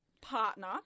partner